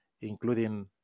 including